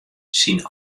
syn